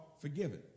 forgiven